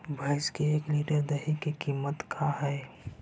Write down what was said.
भैंस के एक लीटर दही के कीमत का है?